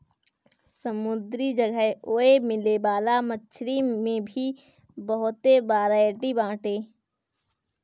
समुंदरी जगह ओए मिले वाला मछरी में भी बहुते बरायटी बाटे